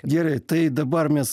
gerai tai dabar mes